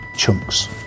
chunks